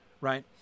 Right